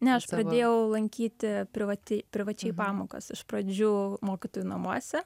ne aš pradėjau lankyti privati privačiai pamokas iš pradžių mokytojų namuose